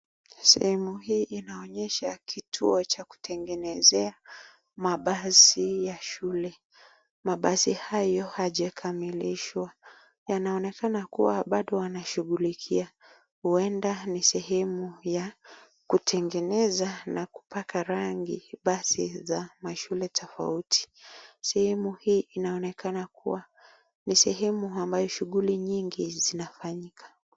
Sehemu hii inaonyesha kituo cha kutengenezea mabasi ya shule, mabasi hayo hayajekamilishwa yanaonekana bado yanashughulikia huenda ni sehemu ya kutengeneza na kupaka rangi mabasi za mashule tofauti sehemu hii inaonekana kuwa sehemu ambayo shughuli nyingi zinafanyika.